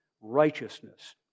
righteousness